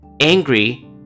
Angry